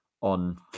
on